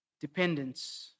dependence